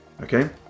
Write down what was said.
Okay